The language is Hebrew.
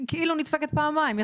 היא כאילו נפגעת פעמיים,